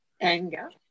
anger